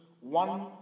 one